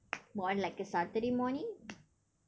more like a saturday morning